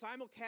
simulcast